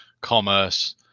commerce